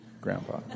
grandpa